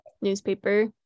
newspaper